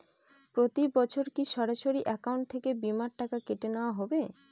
প্রতি বছর কি সরাসরি অ্যাকাউন্ট থেকে বীমার টাকা কেটে নেওয়া হবে?